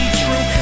true